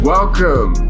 Welcome